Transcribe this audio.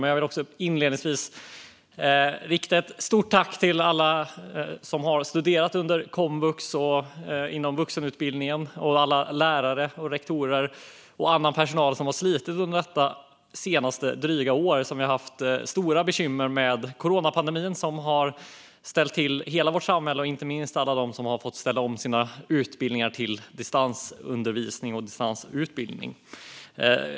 Jag vill inledningsvis rikta ett stort tack till alla som har studerat inom komvux och vuxenutbildningen och alla lärare och rektorer och annan personal som har slitit under det senaste dryga året, då vi har haft stora bekymmer med coronapandemin som ställt till det i hela vårt samhälle och inte minst för dem som fått ställa om till distansundervisning och distansutbildning.